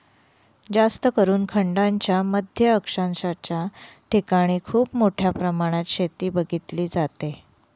जास्तकरून खंडांच्या मध्य अक्षांशाच्या ठिकाणी खूप मोठ्या प्रमाणात शेती बघितली जाते